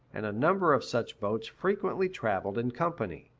and a number of such boats frequently traveled in company.